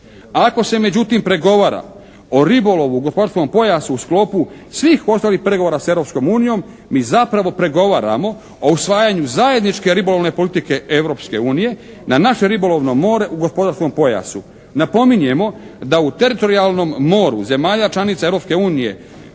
Ako se međutim pregovara o ribolovu u gospodarskom pojasu u sklopu svih ostalih pregovora sa Europskom unijom mi zapravo pregovaramo o usvajanju zajedničke ribolovne politike Europske unije na naše ribolovno more u gospodarskom pojasu. Napominjemo da u teritorijalnom moru zemalja članica